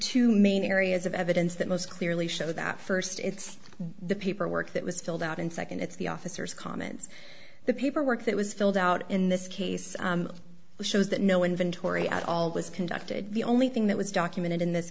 two main areas of evidence that most clearly show that first it's the paperwork that was filled out and second it's the officers comments the paperwork that was filled out in this case shows that no inventory at all this conducted the only thing that was documented in this